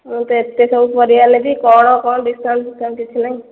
କେତେ ସବୁ ପରିବା ନେବି କ'ଣ କ'ଣ ଡିସ୍କାଉଣ୍ଟ ଫିସ୍କାଉଣ୍ଟ କିଛି ନାହିଁ